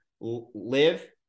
live